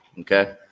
okay